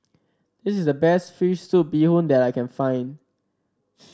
this is the best fish soup Bee Hoon that I can find